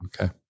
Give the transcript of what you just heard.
Okay